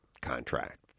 contract